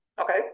okay